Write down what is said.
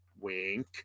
Wink